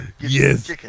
Yes